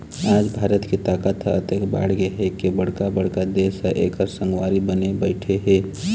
आज भारत के ताकत ह अतेक बाढ़गे हे के बड़का बड़का देश ह एखर संगवारी बने बइठे हे